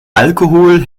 alkohol